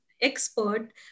expert